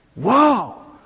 wow